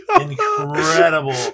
incredible